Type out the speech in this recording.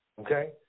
okay